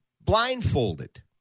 blindfolded